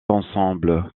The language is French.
ensemble